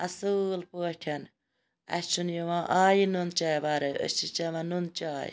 اَصیل پٲٹھۍ اَسہِ چھُ یِوان آے نُن چاے وَرٲے أسۍ چھِ چَوان نُن چاے